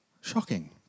Shocking